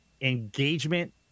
engagement